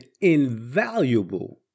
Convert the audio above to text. invaluable